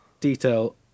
detail